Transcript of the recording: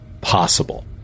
possible